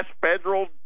federal